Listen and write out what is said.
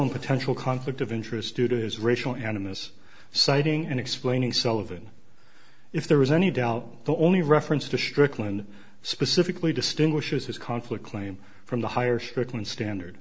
and potential conflict of interest due to his racial animus citing and explaining sullivan if there was any doubt the only reference to strickland specifically distinguishes his conflict claim from the higher strickland standard